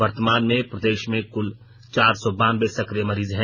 वर्तमान में प्रदेश में क्ल चार सौ बानबें सकिय मरीज हैं